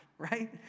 right